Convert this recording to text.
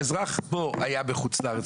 האזרח היה בחוץ לארץ,